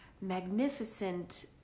magnificent